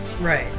right